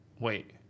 Wait